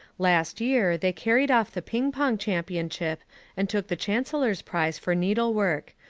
last year they carried off the ping-pong championship and took the chancellor's prize for needlework,